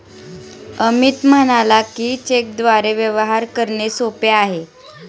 अमित म्हणाला की, चेकद्वारे व्यवहार करणे सोपे आहे